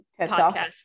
podcast